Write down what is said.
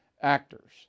actors